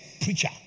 preacher